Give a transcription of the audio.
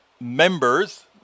members